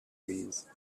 breeze